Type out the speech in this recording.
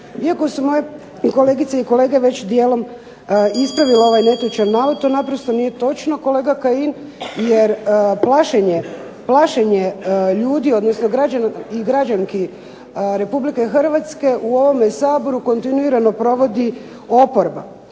Iako su moje kolegice i kolege već dijelom ispravile ovaj netočan navod to naprosto nije točno kolega Kajin jer plašenje ljudi, odnosno građana i građanki RH u ovome Saboru kontinuirano provodi oporba.